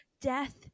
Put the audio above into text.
death